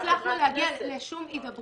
כן, לא הצלחתי להגיע לשום הידברות.